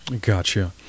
gotcha